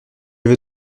vais